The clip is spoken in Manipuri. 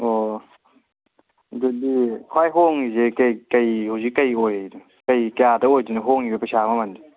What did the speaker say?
ꯑꯣ ꯑꯗꯨꯗꯤ ꯈ꯭ꯋꯥꯏ ꯍꯣꯡꯉꯤꯁꯦ ꯍꯧꯖꯤꯛ ꯀꯔꯤ ꯑꯣꯏꯔꯤꯅꯣ ꯀꯔꯤ ꯀꯌꯥꯗ ꯑꯣꯏꯗꯣꯏꯅꯣ ꯍꯣꯡꯉꯤꯕ ꯄꯩꯁꯥ ꯃꯃꯟꯁꯦ